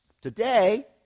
Today